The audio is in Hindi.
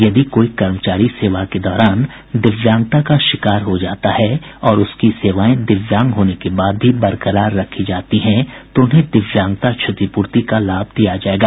यदि कोई कर्मचारी सेवा के दौरान दिव्यांगता का शिकार हो जाता है और उसकी सेवाएँ दिव्यांग होने के बाद भी बरकरार रखी जाती हैं तो उन्हें दिव्यांगता क्षतिपूर्ति का लाभ दिया जाएगा